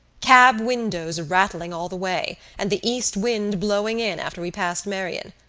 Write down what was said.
cab windows rattling all the way, and the east wind blowing in after we passed merrion.